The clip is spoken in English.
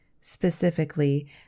specifically